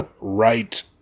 Right